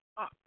up